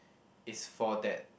it's for that